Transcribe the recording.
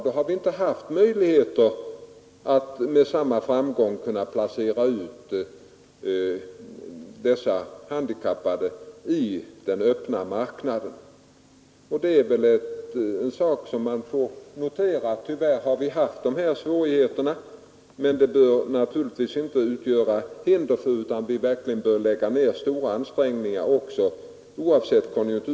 Därför har vi inte haft möjligheter att med samma framgång placera ut dessa handikappade i den öppna marknaden. Vi får notera, att vi haft dessa svårigheter, men de får inte utgöra hinder, utan vi bör oavsett konjunkturläget göra stora ansträngningar för att nå resultat.